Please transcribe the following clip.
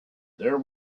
there